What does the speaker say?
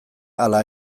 ala